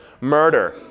murder